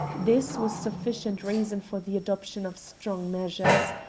this was sufficient reason for the adoption of strong measures,